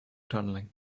tunneling